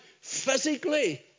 physically